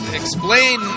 explain